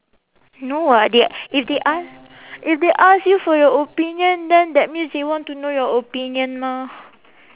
no [what] they if they ask if they ask you for your opinion then that means they want to know your opinion mah